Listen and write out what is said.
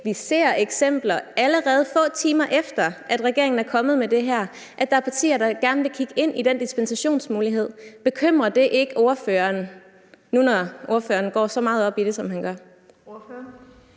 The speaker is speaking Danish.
Vi ser, allerede få timer efter at regeringen er kommet med det her, eksempler på partier, der gerne vil kigge ind i den dispensationsmulighed. Bekymrer det ikke ordføreren – nu, hvor ordføreren går så meget op i det, som han gør?